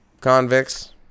Convicts